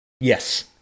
Yes